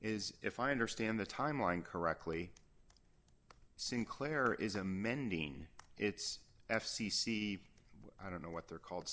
is if i understand the timeline correctly sinclair is amending its f c c i don't know what they're called